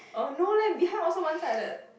oh no leh behind also one sided